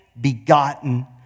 begotten